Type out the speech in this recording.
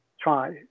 try